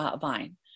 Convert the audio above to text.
vine